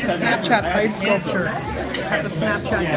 snapchat ice sculpture at the snapchat